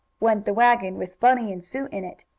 went the wagon with bunny and sue in it.